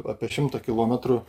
apie šimtą kilometrų